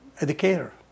educator